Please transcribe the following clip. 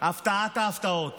הפתעת ההפתעות,